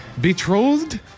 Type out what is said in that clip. Betrothed